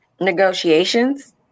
negotiations